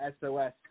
SOS